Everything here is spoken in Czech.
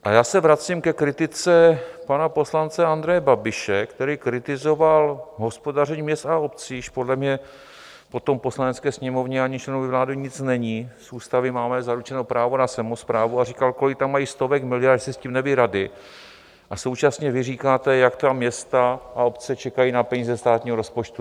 A já se vracím ke kritice pana poslance Andreje Babiše, který kritizoval hospodaření měst a obcí, i když podle mě po tom Poslanecké sněmovně ani členovi vlády nic není, z ústavy máme zaručeno právo na samosprávu, a říkal, kolik tam mají stovek miliard, že si s tím nevědí rady, a vy současně říkáte, jak ta města a obce čekají na peníze státního rozpočtu.